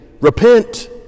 repent